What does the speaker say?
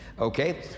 Okay